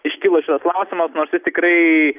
iškilo šis klausimas nors tai tikrai